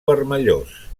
vermellós